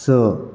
स